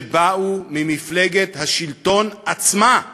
שבאו ממפלגת השלטון עצמה.